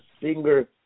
singer